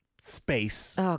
space